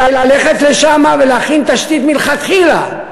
ללכת לשם ולהכין תשתית מלכתחילה,